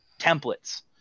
templates